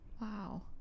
Wow